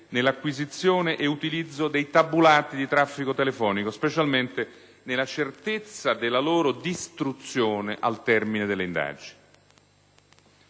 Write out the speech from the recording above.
nell'acquisizione ed utilizzo dei tabulati di traffico telefonico, specialmente nella certezza della loro distruzione al termine delle indagini.